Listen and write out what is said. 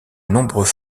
nombreux